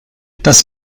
das